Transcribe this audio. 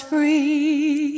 Free